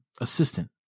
assistant